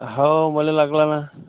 हो मला लागला ना